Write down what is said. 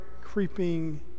creeping